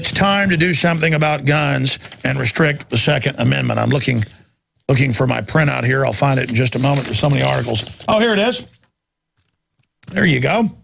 it's time to do something about guns and restrict the second amendment i'm looking looking for my print out here i'll find it in just a moment or so many articles oh here it is there you go